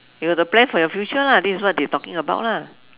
you got to plan for your future lah this is what they talking about lah